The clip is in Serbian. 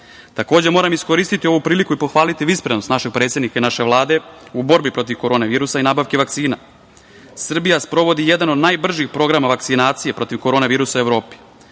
nje. Takođe, moram iskoristiti ovu priliku i pohvaliti visprenost našeg predsednika i naše Vlade u borbi protiv korona virusa i nabavke vakcina. Srbija sprovodi jedan od najbržih programa vakcinacije protiv korona virusa u Evropi,